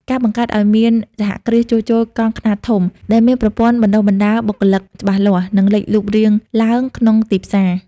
ការបង្កើតឱ្យមានសហគ្រាសជួសជុលកង់ខ្នាតធំ ដែលមានប្រព័ន្ធបណ្តុះបណ្តាលបុគ្គលិកច្បាស់លាស់ នឹងលេចរូបរាងឡើងក្នុងទីផ្សារ។